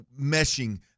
meshing